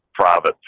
Private